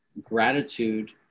gratitude